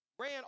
ran